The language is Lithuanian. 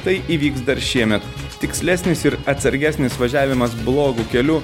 tai įvyks dar šiemet tikslesnis ir atsargesnis važiavimas blogu keliu